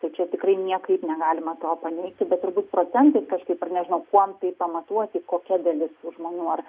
tai čia tikrai niekaip negalima to paneigti bet turbūt procentai kažkaip ar nežinau kuom tai pamatuoti kokia dalis tų žmonių ar